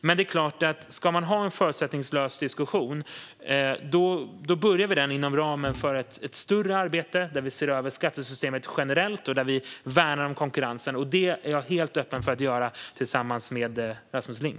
Men ska vi ha en förutsättningslös diskussion är det klart att vi börjar den inom ramen för ett större arbete, där vi ser över skattesystemet generellt och värnar konkurrensen. Det är jag helt öppen för att göra tillsammans med Rasmus Ling.